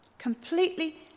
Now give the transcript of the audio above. completely